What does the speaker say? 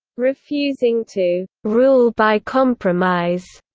refusing to rule by compromise,